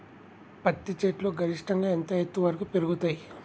పత్తి చెట్లు గరిష్టంగా ఎంత ఎత్తు వరకు పెరుగుతయ్?